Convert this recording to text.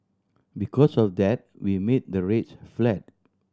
because of that we made the rates flat